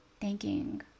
thanking